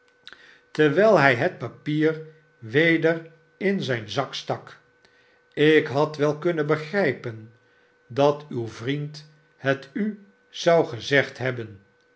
terwijl hij het papier weder in zijn zak stak ik had wel kunnen begrijpen dat uw vnend het u zou gezegd hebben